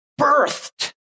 birthed